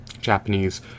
Japanese